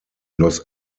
los